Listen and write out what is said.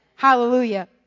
Hallelujah